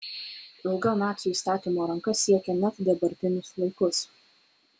ilga nacių įstatymo ranka siekia net dabartinius laikus